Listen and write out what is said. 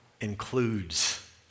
includes